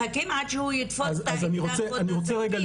מחכים עד שהוא יתפוס את האקדח או את הסכין,